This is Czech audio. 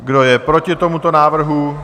Kdo je proti tomuto návrhu?